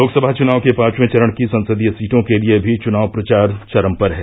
लोकसभा चुनाव के पांचवे चरण की संसदीय सीटों के लिये भी चुनाव प्रचार चरम पर है